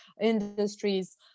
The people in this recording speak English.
industries